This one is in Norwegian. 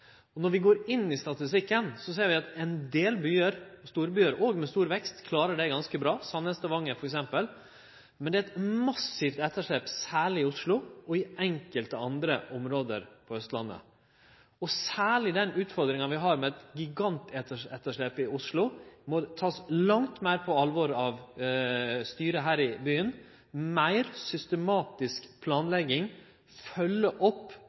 Når vi går inn i statistikken, ser vi at ein del byar – òg storbyar med stor vekst – klarer det ganske bra, Sandnes og Stavanger, f.eks. Men det er eit massivt etterslep, særleg i Oslo og i enkelte andre område på Austlandet. Særleg utfordringa vi har med eit gigantetterslep i Oslo, må takast langt meir på alvor av styret her i byen – med meir systematisk planlegging, med å følgje opp,